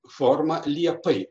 forma liepai